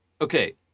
Okay